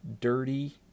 dirty